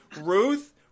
Ruth